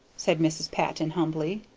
said mrs. patton, humbly.